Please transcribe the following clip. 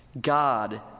God